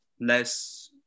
less